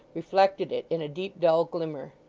reflected it in a deep, dull glimmer.